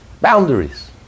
Boundaries